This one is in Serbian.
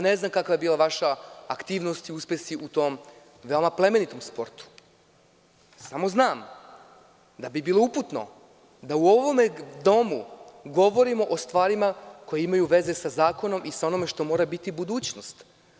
Ne znam kakva je bila vaša aktivnost i uspesi u tom veoma plemenitom sportu, samo znam da bi bilo uputno da u ovome domu govorimo o stvarima koje imaju veze sa zakonom i sa onime što mora biti budućnost.